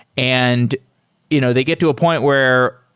and you know they get to a point where